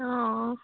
অঁ